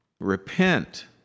Repent